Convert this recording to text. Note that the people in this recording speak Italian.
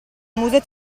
muso